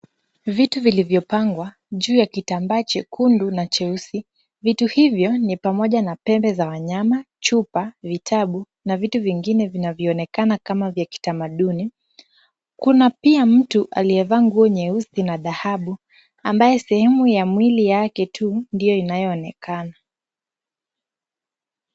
Vitu vilivyopangwa juu ya kitambaa chekundu na cheusi. Vitu hivyo ni pamoja na pembe za wanyama, chupa, vitabu na vitu vingine vinavyoonekana kama vya kitamaduni. Kuna pia mtu aliyevaa nguo za nyeusi na dhahabu, ambaye sehemu ya mwili yake tu ndio inayoonekana.